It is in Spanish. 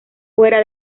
fuera